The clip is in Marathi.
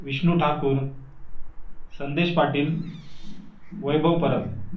विष्नु ठाकूर संदेश पाटील वैभव परब